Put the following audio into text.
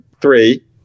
three